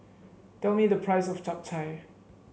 tell me the price of Chap Chai